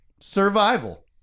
survival